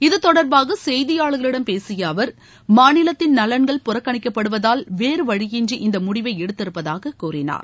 இது தொடர்பாக செய்தியாளர்களிடம் பேசிய அவர் மாநிலத்தின் நலன்கள் புறக்கணிக்கப்படுவதால் வேறு வழியின்றி இந்த முடிவை எடுத்திருப்பதாகக் கூறினார்